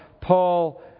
Paul